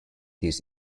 his